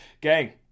Gang